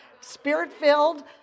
Spirit-filled